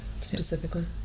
Specifically